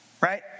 Right